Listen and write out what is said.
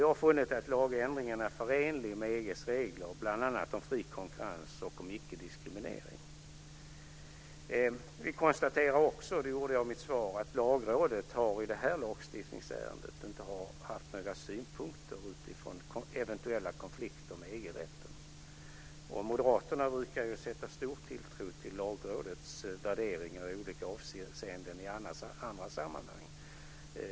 Vi har funnit att lagändringen är förenlig med EG:s regler bl.a. om fri konkurrens och icke-diskriminering. Jag konstaterade också i mitt svar att Lagrådet inte har haft några synpunkter i det här lagstiftningsärendet utifrån eventuella konflikter med EG-rätten. Moderaterna brukar ju sätta stor tilltro till Lagrådets värderingar i olika avseenden i andra sammanhang.